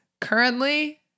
Currently